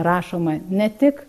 rašoma ne tik